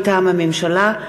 מטעם הממשלה,